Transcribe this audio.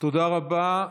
תודה רבה.